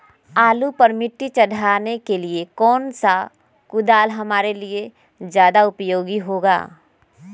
आलू पर मिट्टी चढ़ाने के लिए कौन सा कुदाल हमारे लिए ज्यादा उपयोगी होगा?